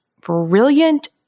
brilliant